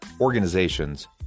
organizations